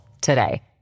today